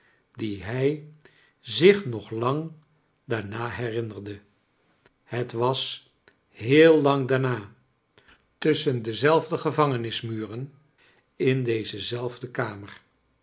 die hij zich nog lang daarua herinnerde het was heel lang daarna tusschen dezelfde gevangenismuren in deze zelfde kamer